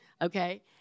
okay